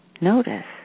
Notice